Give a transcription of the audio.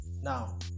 Now